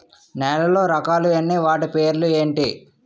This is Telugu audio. నేలలో రకాలు ఎన్ని వాటి పేర్లు ఏంటి?